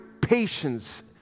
patience